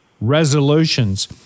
resolutions